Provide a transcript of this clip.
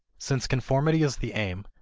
since conformity is the aim,